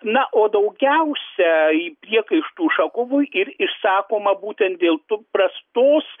na o daugiausiai priekaištų ušakovui ir išsakoma būtent dėl tu prastos